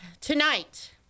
tonight